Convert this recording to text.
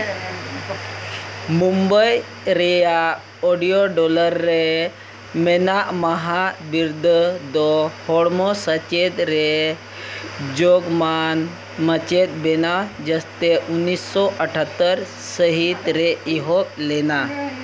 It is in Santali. ᱢᱩᱢᱵᱟᱭ ᱨᱮᱭᱟᱜ ᱚᱰᱤᱭᱳ ᱰᱚᱞᱟᱨ ᱨᱮ ᱢᱮᱱᱟᱜ ᱢᱟᱦᱟ ᱵᱤᱨᱫᱟᱹ ᱫᱚ ᱦᱚᱲᱢᱚ ᱥᱮᱪᱮᱫ ᱨᱮ ᱡᱚᱜᱽᱢᱟᱱ ᱢᱟᱪᱮᱫ ᱵᱮᱱᱟᱣ ᱡᱚᱥᱛᱮ ᱩᱱᱤᱥᱥᱚ ᱟᱴᱷᱟᱛᱛᱚᱨ ᱥᱟᱹᱦᱤᱛ ᱨᱮ ᱮᱦᱚᱵ ᱞᱮᱱᱟ